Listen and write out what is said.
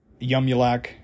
Yumulak